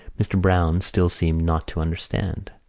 mr. browne still seemed not to understand.